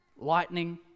lightning